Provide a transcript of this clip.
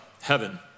heaven